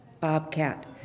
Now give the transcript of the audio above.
bobcat